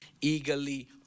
eagerly